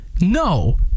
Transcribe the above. no